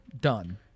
Done